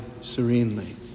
serenely